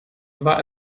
war